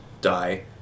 die